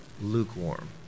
lukewarm